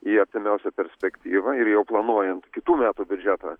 į artimiausią perspektyvą ir jau planuojant kitų metų biudžetą